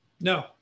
No